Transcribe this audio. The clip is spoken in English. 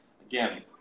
again